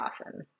often